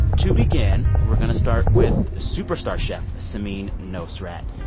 to begin, we're going to start with superstar chef samin nosrat.